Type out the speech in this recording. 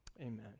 Amen